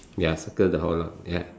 ya circle the whole lot ya